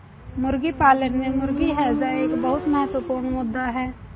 मुर्गी पालन में मुर्गी हैजा एक बहुत महत्वपूर्ण मुद्दा है